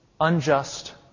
unjust